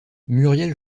muriel